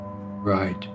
Right